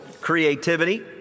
creativity